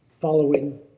following